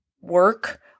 work